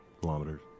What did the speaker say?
kilometers